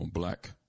Black